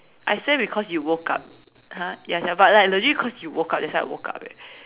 I swear because you woke up !huh! ya sia but like legit because you woke up that's why I woke up leh